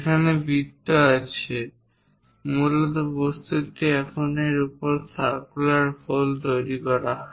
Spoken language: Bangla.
এখানে বৃত্ত আছে মূল বস্তুটি এটি যার উপর এই সারকুলার হোল তৈরি করা হয়